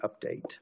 update